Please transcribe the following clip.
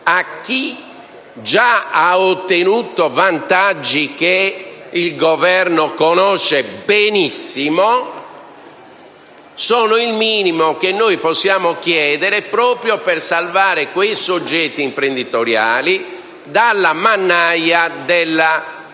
a chi già ha ottenuto vantaggi, che il Governo conosce benissimo, sono il minimo che possiamo chiedere proprio per salvare questi soggetti imprenditoriali dalla mannaia della